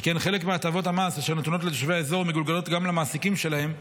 שכן חלק מהטבות המס אשר נתונות לתושבי האזור מגולגלות גם למעסיקים שלהם,